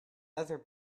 other